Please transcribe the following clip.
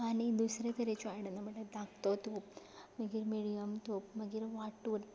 आनी दुसरे तरेची आयदनां म्हणल्यार धाकटो तोप मागीर मिडीयम तोप मागीर वाटूल